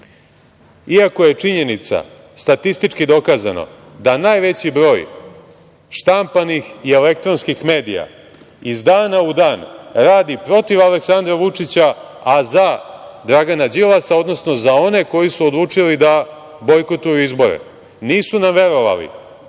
iako je činjenica, statistički dokazano, da najveći broj štampanih i elektronskih medija iz dana u dan radi protiv Aleksandra Vučića a za Dragana Đilasa, odnosno za one koji su odlučili da bojkotuju izbore. Nisu nam verovali